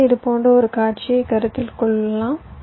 எனவே இது போன்ற ஒரு காட்சியைக் கருத்தில் கொள்வோம்